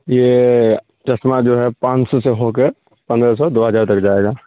یہ چشمہ جو ہے پانچ سو سے ہو کر پندرہ سو دو ہزار تک جائے گا